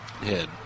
head